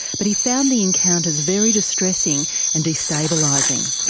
but he found the encounters very distressing and destabilising.